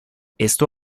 esto